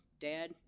dad